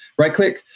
RightClick